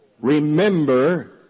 remember